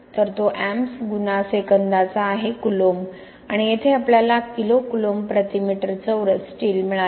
तर तो एम्पस गुणा सेकंदाचा आहे कुलोंब आणि इथे आपल्याला किलो कुलोंब प्रति मीटर चौरस स्टील मिळाले